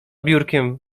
biurkiem